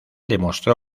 demostró